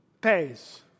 pays